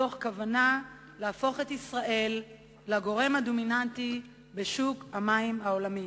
מתוך כוונה להפוך את ישראל לגורם הדומיננטי בשוק המים העולמי.